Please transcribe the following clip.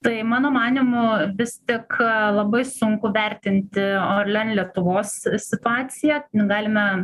tai mano manymu vis tik labai sunku vertinti orlen lietuvos situaciją galime